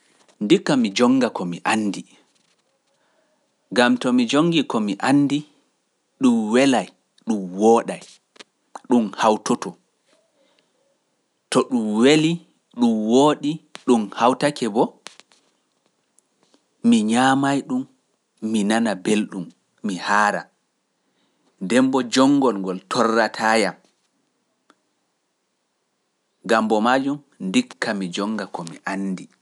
Ndikka mi jonnga ko mi anndi, ngam to mi jonngi ko mi anndi, ɗum welay ɗum wooɗay, ɗum hawtoto, to ɗum weli ɗum wooɗi ɗum hawtake bo, mi ñaamaay ɗum, mi nana belɗum, mi haara, nden mbo jonngol ngol torrataa yam, ngam mbo maajum ndikka mi jonnga ko mi anndi.